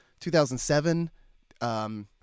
2007